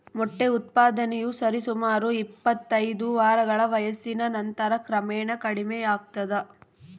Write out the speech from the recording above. ಮೊಟ್ಟೆ ಉತ್ಪಾದನೆಯು ಸರಿಸುಮಾರು ಇಪ್ಪತ್ತೈದು ವಾರಗಳ ವಯಸ್ಸಿನ ನಂತರ ಕ್ರಮೇಣ ಕಡಿಮೆಯಾಗ್ತದ